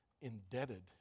indebted